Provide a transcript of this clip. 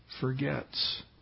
forgets